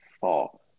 fall